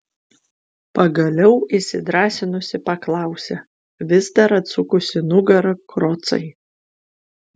pagaliau įsidrąsinusi paklausė vis dar atsukusi nugarą krocai